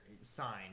sign